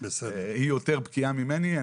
היא יותר בקיאה ממני.